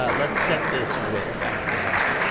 ah let's set this width back to one hundred.